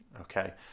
okay